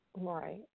Right